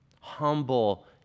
humble